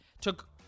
Took